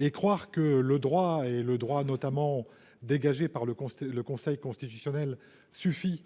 et croire que le droit et le droit notamment dégagé par le conseiller le conseil constitutionnel suffit